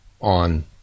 on